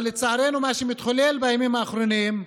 אבל לצערנו מה שמתחולל בימים האחרונים,